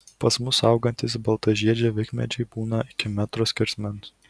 pas mus augantys baltažiedžiai vikmedžiai būna iki metro skersmens